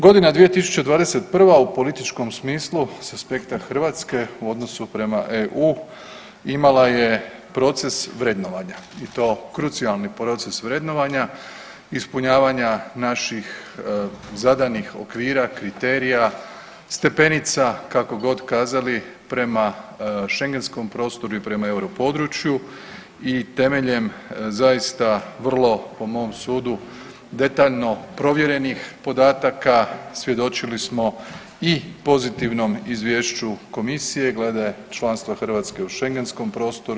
Godina 2021. u političkom smislu sa aspekta Hrvatske u odnosu prema EU imala je proces vrednovanja i to krucijalni proces vrednovanja, ispunjavanja naših zadanih okvira, kriterija, stepenica, kako god kazali, prema šengenskom prostoru i prema europodručju i temeljem zaista vrlo po mom sudu detaljno provjerenih podataka svjedočili smo i pozitivnom izvješću komisije glede članstva Hrvatske u šengenskom prostoru.